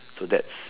so that's